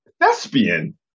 Thespian